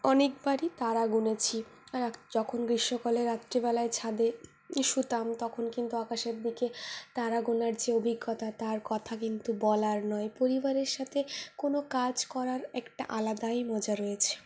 অনেকবারই তারা গুনেছি আর যখন গ্রীষ্মকালের রাত্রিবেলায় ছাদে শুতাম তখন কিন্তু আকাশের দিকে তারা গোনার যে অভিজ্ঞতা তার কথা কিন্তু বলার নয় পরিবারের সাথে কোনো কাজ করার একটা আলাদাই মজা রয়েছে